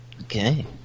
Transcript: Okay